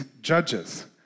judges